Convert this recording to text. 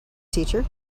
teacher